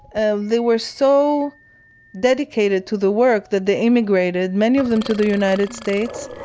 ah they were so dedicated to the work that they immigrated, many of them to the united states.